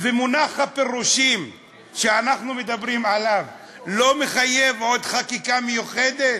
ומונח הפירושים שאנחנו מדברים עליו לא מחייב עוד חקיקה מיוחדת?